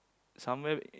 somewhere